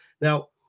Now